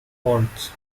faults